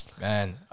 Man